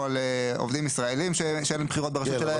על עובדים ישראלים שאין בחירות ברשות שלהן,